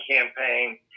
campaign